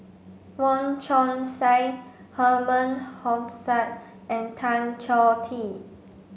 Wong Chong Sai Herman Hochstadt and Tan Choh Tee